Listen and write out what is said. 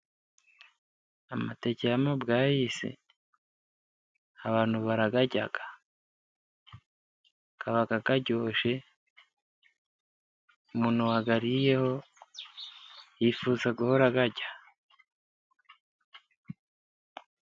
Amateke y'amabwayisi abantu barayarya. Aba aryoshye. Umuntu wayariyeho yifuza guhora arya.